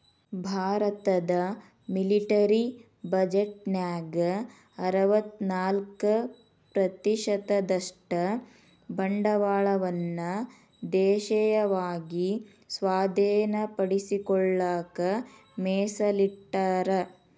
ಭಾರತದ ಮಿಲಿಟರಿ ಬಜೆಟ್ನ್ಯಾಗ ಅರವತ್ತ್ನಾಕ ಪ್ರತಿಶತದಷ್ಟ ಬಂಡವಾಳವನ್ನ ದೇಶೇಯವಾಗಿ ಸ್ವಾಧೇನಪಡಿಸಿಕೊಳ್ಳಕ ಮೇಸಲಿಟ್ಟರ